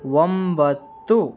ಒಂಬತ್ತು